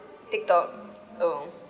tiktok oh